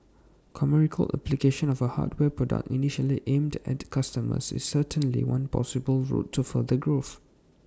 commercial application of A hardware product initially aimed at consumers is certainly one possible route to further growth